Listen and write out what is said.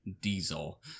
Diesel